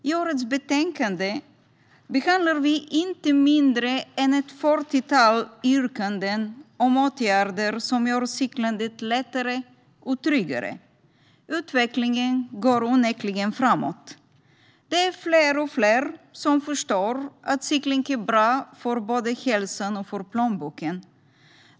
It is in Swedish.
I årets betänkande behandlar vi inte mindre än ett fyrtiotal yrkanden om åtgärder som gör cykling lättare och tryggare. Utvecklingen går onekligen framåt. Det är fler och fler som förstår att cykling är bra för både hälsan och plånboken.